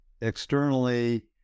externally